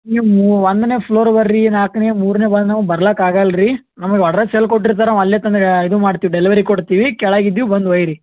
ನೀವು ಮೂರು ಒಂದನೇ ಫ್ಲೋರ್ ಬನ್ರಿ ನಾಲ್ಕನೇ ಮೂರನೇ ನಾವು ಬರ್ಲಿಕ್ಕೆ ಆಗಲ್ಲ ರೀ ನಮ್ಗೆ ಅಡ್ರಸ್ ಎಲ್ಲಿ ಕೊಟ್ಟಿರ್ತಾರೆ ನಾವು ಅಲ್ಲೇ ತಂದು ಇದು ಮಾಡ್ತೀವಿ ಡೆಲಿವರಿ ಕೊಡ್ತೀವಿ ಕೆಳಗಿದ್ದೀವಿ ಬಂದು ಒಯ್ಯಿರಿ